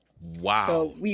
Wow